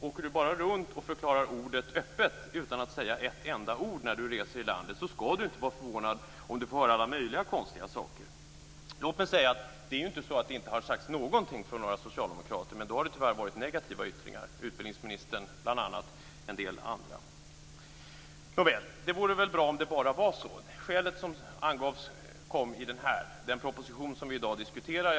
Om Erik Åsbrink bara förklarar ordet öppet utan att säga ett enda ord mer när han reser runt i landet skall han inte vara förvånad om han får höra alla möjliga konstiga saker. Låt mig säga att det inte är så att det inte har sagts någonting från några socialdemokrater. Men det har då tyvärr varit negativa yttringar, bl.a. av utrikesministern men även en del andra. Nåväl, det vore väl bra om det bara vore så. Skälet som angavs kom i den proposition som vi i dag diskuterar.